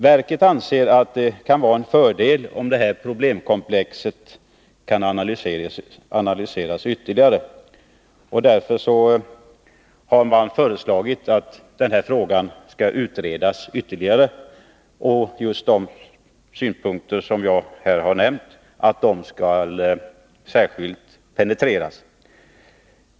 Verket anser att det kan vara en fördel, om det här problemkomplexet kan analyseras ytterligare, och därför har man föreslagit att frågan skall utredas vidare och att just de synpunkter som jag här har nämnt skall särskilt penetreras.